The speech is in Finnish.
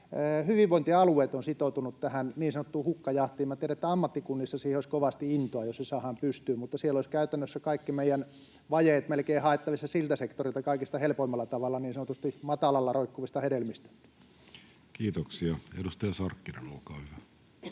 hyvinvointialueet ovat sitoutuneet tähän niin sanottuun hukkajahtiin? Tiedän, että ammattikunnissa siihen olisi kovasti intoa, jos se saadaan pystyyn. Siltä sektorilta olisivat käytännössä melkein kaikki meidän vajeet haettavissa kaikista helpoimmalla tavalla, niin sanotusti matalalla roikkuvista hedelmistä. Kiitoksia. — Edustaja Sarkkinen, olkaa hyvä.